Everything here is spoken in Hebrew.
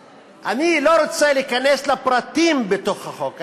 אני לא רוצה להיכנס לפרטים בתוך החוק,